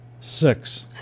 Six